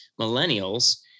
millennials